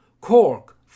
Cork